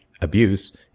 abuse